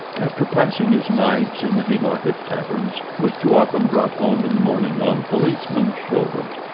after passing his nights in the haymarket taverns, was too often brought home in the morning on policemen's shoulders.